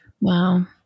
Wow